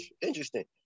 interesting